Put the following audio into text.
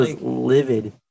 livid